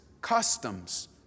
customs